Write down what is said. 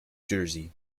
jersey